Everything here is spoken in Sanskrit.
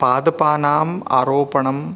पादपानाम् आरोपणम्